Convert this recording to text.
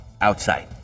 outside